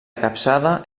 capçada